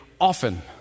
often